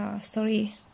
story